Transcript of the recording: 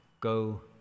go